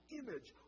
image